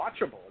watchable